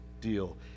deal